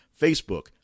Facebook